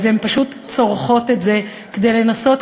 הן פשוט צורחות את זה כדי לנסות,